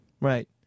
Right